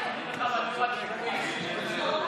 הדיור הציבורי.